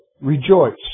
rejoice